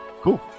Cool